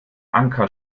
anker